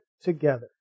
together